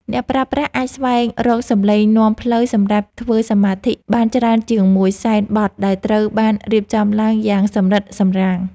អ្នកប្រើប្រាស់អាចស្វែងរកសំឡេងនាំផ្លូវសម្រាប់ធ្វើសមាធិបានច្រើនជាងមួយសែនបទដែលត្រូវបានរៀបចំឡើងយ៉ាងសម្រិតសម្រាំង។